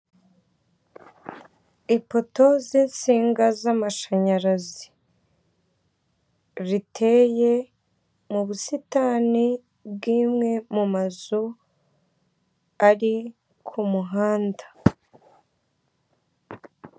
Ipoto z'insinga z'amasharazi riteye mu busitani bw'imwe mu mazu ari ku muhanda.